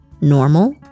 normal